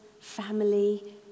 family